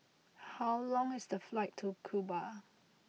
how long is the flight to Cuba